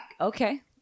okay